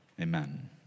Amen